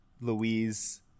Louise